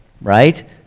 right